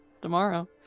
tomorrow